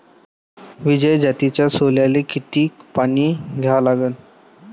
विजय जातीच्या सोल्याले किती पानी द्या लागन?